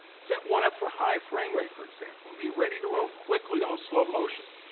set one up for high frame rate, for example, and be ready to roll quickly on slow motion.